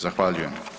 Zahvaljujem.